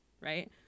right